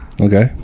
Okay